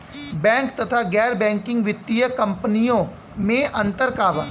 Bank तथा गैर banking वित्तीय कम्पनीयो मे अन्तर का बा?